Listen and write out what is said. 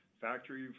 factory